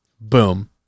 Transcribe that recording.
boom